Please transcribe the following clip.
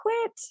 quit